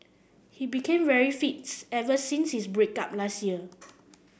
he became very fit ever since his break up last year